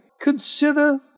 consider